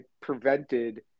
prevented